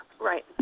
Right